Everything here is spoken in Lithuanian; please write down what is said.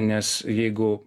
nes jeigu